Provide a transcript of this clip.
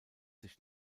sich